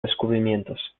descubrimientos